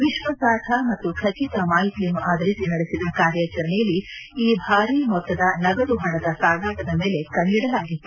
ವಿಶ್ವಾಸಾರ್ಪ ಮತ್ತು ಖಜಿತ ಮಾಹಿತಿಯನ್ನು ಆಧರಿಸಿ ನಡೆಸಿದ ಕಾರ್ಯಚರಣೆಯಲ್ಲಿ ಈ ಭಾರಿ ಮೊತ್ತದ ನಗದು ಪಣದ ಸಾಗಾಟದ ಮೇಲೆ ಕಣ್ಣಿಡಲಾಗಿತ್ತು